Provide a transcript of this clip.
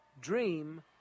dream